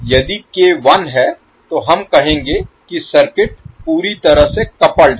यदि k 1 है तो हम कहेंगे कि सर्किट पूरी तरह से कपल्ड है